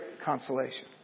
consolation